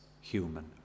human